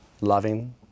Loving